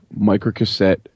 microcassette